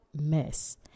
mess